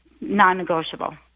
non-negotiable